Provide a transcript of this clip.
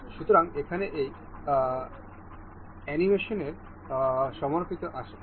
সুতরাং এখানে এই অ্যানিমেশনের সমাপ্তি আসে